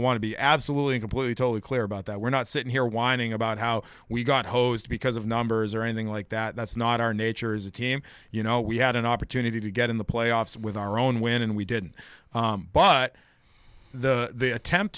want to be absolutely completely totally clear about that we're not sitting here whining about how we got hosed because of numbers or anything like that that's not our nature is a team you know we had an opportunity to get in the playoffs with our own win and we did but the attempt